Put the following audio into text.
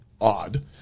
odd